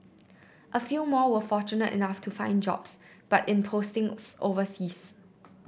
a few more were fortunate enough to find jobs but in postings overseas